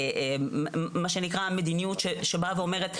מה שנקרא, מדיניות שבאה ואומרת.